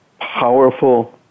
powerful